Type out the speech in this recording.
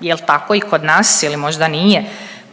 Jel' tako i kod nas ili možda nije?